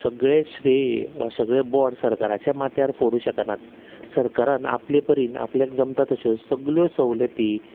सगळें श्रेय वा सगळें बोड सरकाराच्या माथ्यार फोडू शकनात सरकारान आपलें परीन आपल्याक जमता तशें सगळ्यो सवलती